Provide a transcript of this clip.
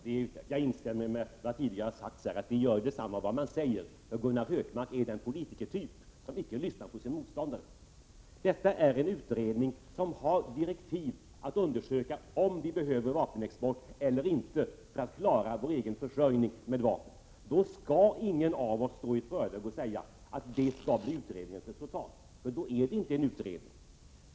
Herr talman! Gunnar Hökmark vägrar att lyssna. Jag upprepar vad jag tidigare har sagt — det gör ju detsamma vad man säger. Gunnar Hökmark är den politikertyp som icke lyssnar på sin motståndare. Detta är en utredning som har direktiv att undersöka om vi behöver vapenexport eller inte för att klara vår egen försörjning med vapen. Då skall ingen av oss i förväg stå och säga vad som skall bli utredningens resultat — för då är det inte en utredning.